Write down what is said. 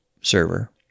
server